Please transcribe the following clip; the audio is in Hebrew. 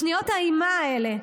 בשניות האימה האלו,